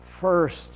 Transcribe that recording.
first